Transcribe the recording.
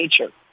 nature